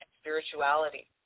spirituality